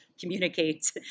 communicate